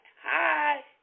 hi